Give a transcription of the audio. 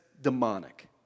demonic